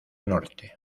norte